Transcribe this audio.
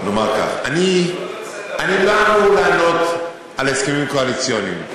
נאמר כך: אני לא אמור לענות על הסכמים קואליציוניים.